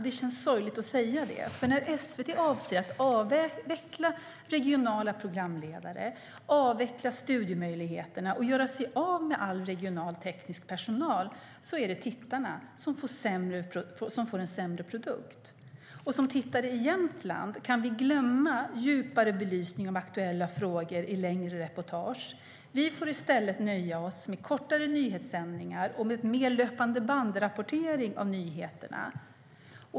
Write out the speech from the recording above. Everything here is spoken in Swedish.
Det känns sorgligt att säga det. När SVT avser att avveckla regionala programledare, avveckla studiomöjligheterna och göra sig av med all regional teknisk personal är det tittarna som får en sämre produkt. Som tittare i Jämtland kan vi glömma djupare belysning av aktuella frågor i längre reportage. Vi får i stället nöja oss med kortare nyhetssändningar och med mer löpandebandrapportering av nyheterna.